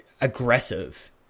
aggressive